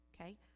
Okay